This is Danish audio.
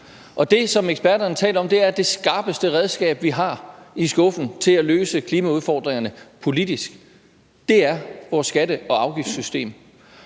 og det, som eksperterne taler om, er det skarpeste redskab, vi har i skuffen til at løse klimaudfordringerne politisk, og det er vores skatte- og afgiftssystem.